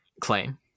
claim